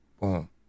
Boom